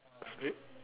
strip